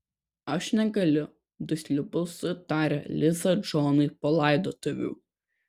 aš negaliu dusliu balsu tarė liza džonui po laidotuvių